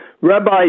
Rabbi